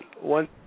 one